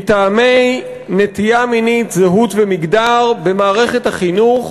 מטעמי נטייה מינית, זהות ומגדר במערכת החינוך